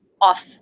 off